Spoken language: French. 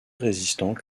résistant